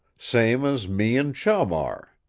same as me and chum are.